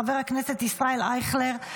חבר הכנסת ישראל אייכלר,